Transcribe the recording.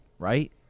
right